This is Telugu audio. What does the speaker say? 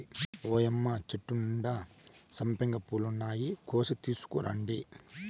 ఓయ్యమ్మ చెట్టు నిండా సంపెంగ పూలున్నాయి, కోసి తీసుకురండి